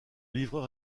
livreur